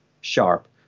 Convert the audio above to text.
sharp